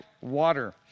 water